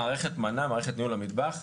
מערכת מנ"ה 2, מערכת ניהול המטבח,